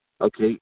Okay